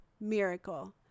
miracle